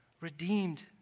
redeemed